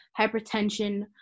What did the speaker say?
hypertension